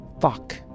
Fuck